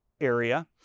area